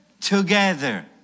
together